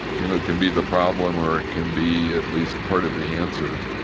you know, can be the problem or it can be at least part of the answer.